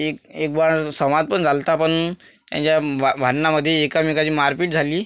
एक एकवाळ संवादपण झाला होता पण त्यांच्या भा भांडणामध्ये एकमेकांची मारपीट झाली